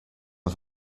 are